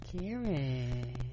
Karen